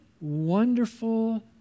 wonderful